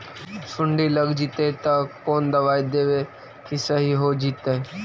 सुंडी लग जितै त कोन दबाइ देबै कि सही हो जितै?